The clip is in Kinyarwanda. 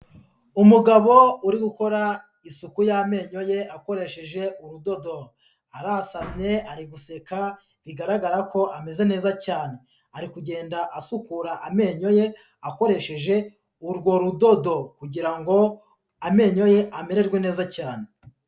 Umugabo uri gukora isuku y'amenyo ye akoresheje urudodo, arasamye ari guseka, bigaragara ko ameze neza cyane, ari kugenda asukura amenyo ye akoresheje urwo rudodo kugira ngo amenyo ye amererwe neza cyane.